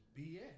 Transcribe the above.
BS